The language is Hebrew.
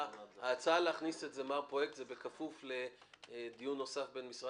ההצעה להכניס את זה היא בכפוף לדיון נוסף בין שר